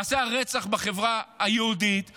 מעשי הרצח בחברה היהודית עולים.